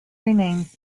renamed